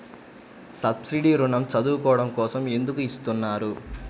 Subsidy ఋణం చదువుకోవడం కోసం ఎందుకు ఇస్తున్నారు?